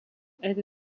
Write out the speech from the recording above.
elle